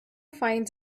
finds